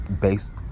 based